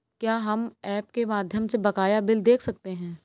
क्या हम ऐप के माध्यम से बकाया बिल देख सकते हैं?